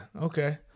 Okay